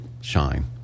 shine